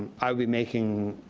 i'd be making,